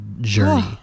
journey